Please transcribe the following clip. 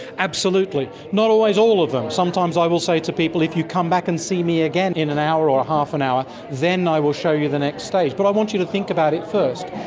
absolutely. not always all of them. sometimes i will say to people if you come back and see me again in an hour or half an hour, then i will show you the next stage, but i want you to think about it first,